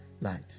light